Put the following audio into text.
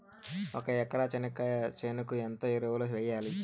ఒక ఎకరా చెనక్కాయ చేనుకు ఎంత ఎరువులు వెయ్యాలి?